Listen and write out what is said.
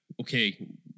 okay